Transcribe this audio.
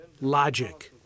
logic